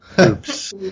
Oops